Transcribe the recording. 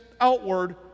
outward